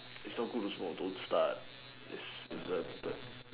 is not good to smoke don't start is very addicted